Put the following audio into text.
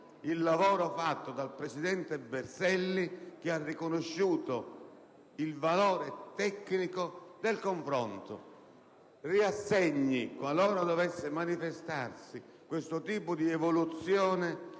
il lavoro svolto dal presidente Berselli, che ha riconosciuto il valore tecnico del confronto. Riassegni, qualora dovesse manifestarsi questo tipo di evoluzione,